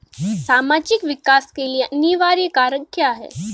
सामाजिक विकास के लिए अनिवार्य कारक क्या है?